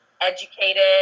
educated